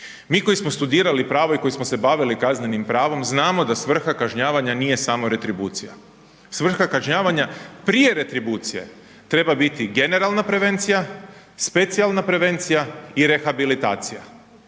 Mi koji smo studirali pravo i koji smo se bavili kaznenim pravo, znamo da svrha kažnjavanja nije samo retribucija, svrha kažnjavanja prije retribucije treba biti generalna prevencija, specijalna prevencija i rehabilitacija.